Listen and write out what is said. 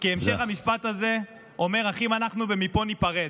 כי המשך המשפט הזה אומר: אחים אנחנו ומפה ניפרד.